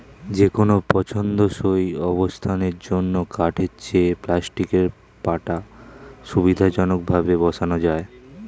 যেকোনো পছন্দসই অবস্থানের জন্য কাঠের চেয়ে প্লাস্টিকের পাটা সুবিধাজনকভাবে বসানো যায়